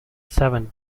seven